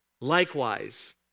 Likewise